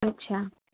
আচ্ছা